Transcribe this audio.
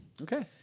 Okay